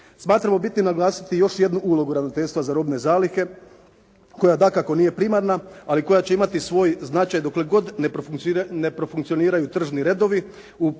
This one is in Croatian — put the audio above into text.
Smatramo bitnim naglasiti još jednu ulogu Ravnateljstva za robne zalihe koja dakako nije primarna, ali koja će imati svoj značaj dokle god ne profunkcioniraju tržni redovi